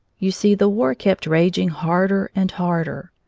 you see, the war kept raging harder and harder.